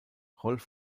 rolf